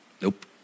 Nope